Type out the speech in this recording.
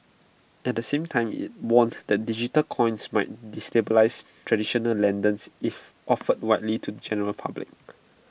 at the same time IT warned that digital coins might destabilise traditional lenders if offered widely to the general public